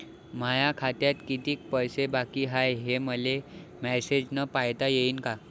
माया खात्यात कितीक पैसे बाकी हाय, हे मले मॅसेजन पायता येईन का?